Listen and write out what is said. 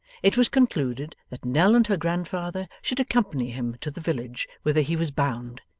it was concluded that nell and her grandfather should accompany him to the village whither he was bound,